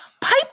pipe